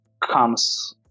comes